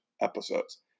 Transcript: episodes